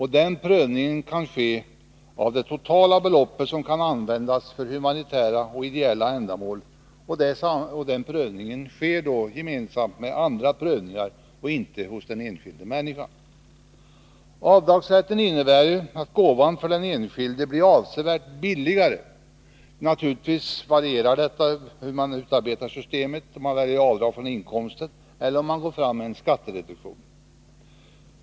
Den prövningen sker då inom ramen för det totala belopp som kan användas för humanitära och ideella ändamål och inte hos den enskilda människan. Avdragsrätten innebär att gåvan för den enskilde blir avsevärt billigare, naturligtvis varierande något om man väljer avdrag från inkomster eller om man går fram med en skattereduktion.